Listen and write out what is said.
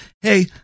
hey